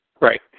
Right